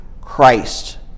Christ